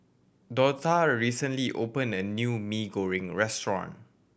Dortha recently opened a new Mee Goreng restaurant